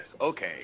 okay